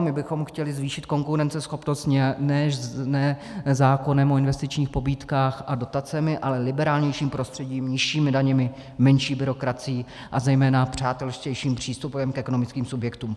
My bychom chtěli zvýšit konkurenceschopnost ne zákonem o investičních pobídkách a dotacemi, ale liberálnějším prostředím, nižšími daněmi, menší byrokracií a zejména přátelštějším přístupem k ekonomických subjektům.